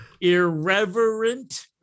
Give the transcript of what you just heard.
irreverent